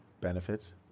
Benefits